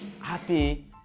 happy